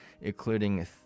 including